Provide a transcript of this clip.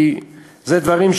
כי אלה דברים,